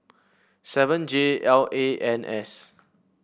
seven J L A N S